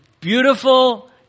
beautiful